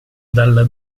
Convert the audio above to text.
dalla